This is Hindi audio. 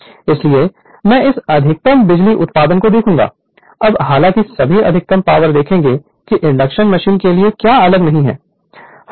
Refer Slide Time 3110 इसलिए मैं इस अधिकतम बिजली उत्पादन को देखूंगा अब हालांकि सभी अधिकतम पावर देखेंगे कि इंडक्शन मशीन के लिए क्या अलग नहीं है